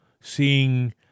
seeing